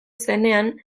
zenean